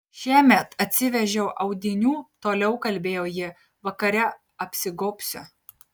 šiemet atsivežiau audinių toliau kalbėjo ji vakare apsigobsiu